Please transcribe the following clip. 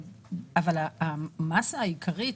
אבל המאסה העיקרית,